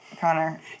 Connor